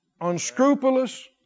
unscrupulous